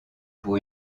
pour